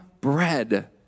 bread